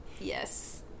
Yes